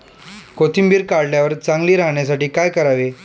कोथिंबीर काढल्यावर चांगली राहण्यासाठी काय करावे?